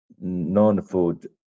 non-food